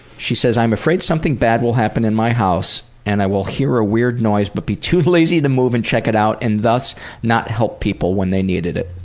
she says, i'm afraid something bad will happen in my house and i will hear a weird noise but be too lazy to move and check it out and thus not help people when they needed it.